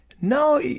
no